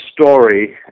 story